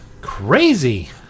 Crazy